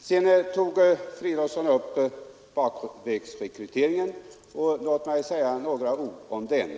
Sedan tog herr Fridolfsson upp bakvägsrekryteringen, och låt mig säga några ord om den.